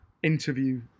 interview